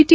T